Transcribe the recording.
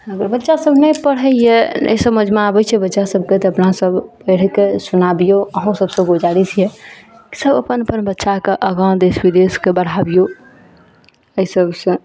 अगर बच्चा सब नहि पढ़इए नहि समझमे आबय छै बच्चा सबके तऽ अपना सब पढ़ि कऽ सुना दियौ अहुँ सबसँ गुजारिश यऽ सब अपन अपन बच्चाके आगा देश विदेशके बढ़ाबियौ अइ सबसँ